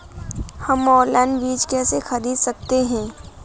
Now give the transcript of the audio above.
हम ऑनलाइन बीज कैसे खरीद सकते हैं?